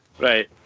Right